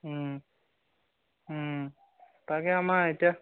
তাকে আমাৰ এতিয়া